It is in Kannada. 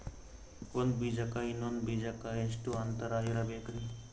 ಒಂದ್ ಬೀಜಕ್ಕ ಇನ್ನೊಂದು ಬೀಜಕ್ಕ ಎಷ್ಟ್ ಅಂತರ ಇರಬೇಕ್ರಿ?